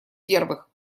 первых